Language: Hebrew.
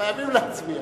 חייבים להצביע.